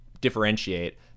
differentiate